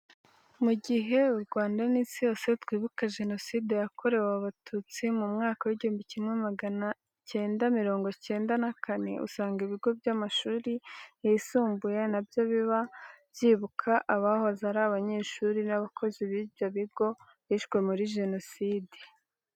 Mu gihe u Rwanga n'Isi yose twibuka Jenoside yakorewe Abatutsi mu mwaka w'igihumbi kimwe magana cyenga mirongo cyenda na kane, usanga ibigo by'amashuri yisumbuye na byo biba byibuka abahoze ari abanyeshuri n'abakozi b'ibyo bigo bishwe muri Jenoside.